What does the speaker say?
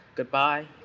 goodbye